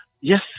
yes